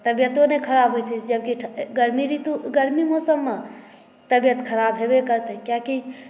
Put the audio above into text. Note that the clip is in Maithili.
तबियतोंश नहि ख़राब होइ छै जबकि गरमी ऋतु गरमी मौसममे तबियत ख़राब हेबे करतै कियाकि